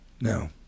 no